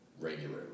regularly